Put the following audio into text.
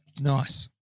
Nice